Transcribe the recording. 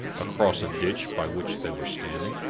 across a ditch by which they were standing,